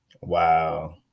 Wow